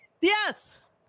Yes